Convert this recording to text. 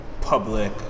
public